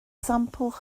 sampl